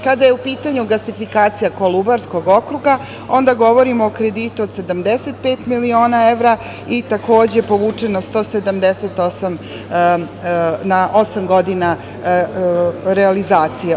Kada je u pitanju gasifikacija Kolubarskog okruga, onda govorimo o kreditu od 75 miliona evra i takođe povučeno 178 na osam godina realizacije.